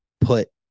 put